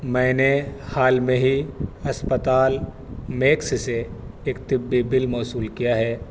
میں نے حال میں ہی اسپتال میکس سے ایک طبی بل موصول کیا ہے